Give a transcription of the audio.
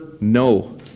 no